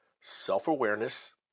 self-awareness